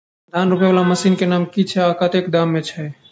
धान रोपा वला मशीन केँ नाम की छैय आ कतेक दाम छैय?